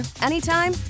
anytime